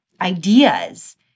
ideas